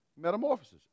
Metamorphosis